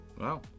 Wow